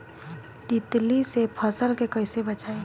तितली से फसल के कइसे बचाई?